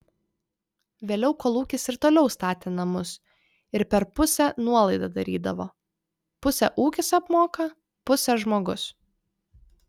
vėliau kolūkis ir toliau statė namus ir per pusę nuolaidą darydavo pusę ūkis apmoka pusę žmogus